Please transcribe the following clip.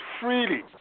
freely